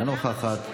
אינה נוכחת,